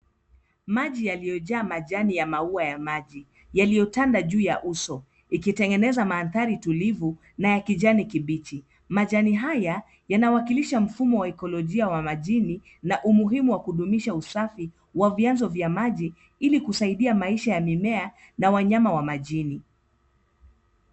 Maji yaliyojaa majani ya maua ya maji yaliyotanda juu ya uso, ikitengeneza mandhari tulivu na ya kijani kibichi. Majani haya yanawakilisha mfumo wa ekolojia ya majini na umuhimu wa kudumisha usafi wa vyanzo vya maji ili kusaidia maisha ya mimea na wanyama wa majini.